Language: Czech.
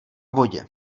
vodě